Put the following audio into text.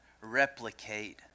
replicate